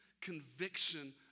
conviction